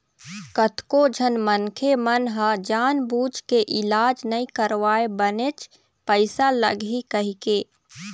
कतको झन मनखे मन ह जानबूझ के इलाज नइ करवाय बनेच पइसा लगही कहिके